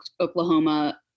Oklahoma